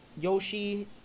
Yoshi